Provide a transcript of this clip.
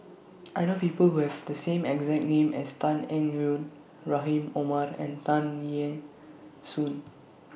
I know People Who Have The same exact name as Tan Eng Yoon Rahim Omar and Tan Eng Soon